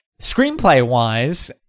screenplay-wise